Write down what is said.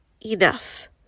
enough